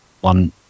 one